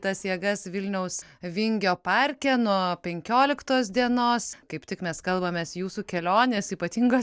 tas jėgas vilniaus vingio parke nuo penkioliktos dienos kaip tik mes kalbamės jūsų kelionės ypatingos